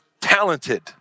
talented